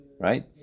Right